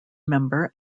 member